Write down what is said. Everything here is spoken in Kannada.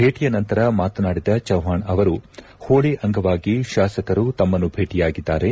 ಭೇಟಿಯ ನಂತರ ಮಾತನಾಡಿದ ಚೌವ್ನಾಣ್ ಅವರು ಹೋಳಿ ಅಂಗವಾಗಿ ಶಾಸಕರು ತಮ್ನನ್ನು ಭೇಟಿಯಾಗಿದ್ದಾರೆ